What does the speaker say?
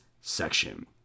section